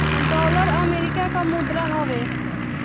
dollar America कअ मुद्रा हवे